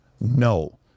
No